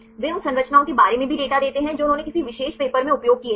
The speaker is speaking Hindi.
वे उन संरचनाओं के बारे में भी डेटा देते हैं जो उन्होंने किसी विशेष पेपर में उपयोग किए थे